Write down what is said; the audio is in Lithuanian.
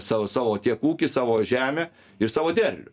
savo savo tiek ūkį savo žemę ir savo derlių